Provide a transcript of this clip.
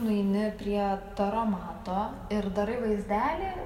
nueini prie taromato ir darai vaizdelį